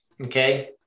okay